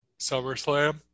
SummerSlam